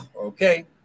Okay